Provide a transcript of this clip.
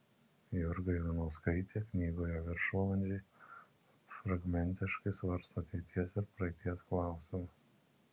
jurga ivanauskaitė knygoje viršvalandžiai fragmentiškai svarsto ateities ir praeities klausimus